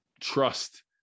trust